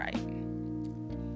right